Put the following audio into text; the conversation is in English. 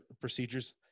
procedures